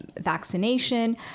vaccination